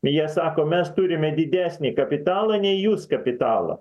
jie sako mes turime didesnį kapitalą nei jūs kapitalą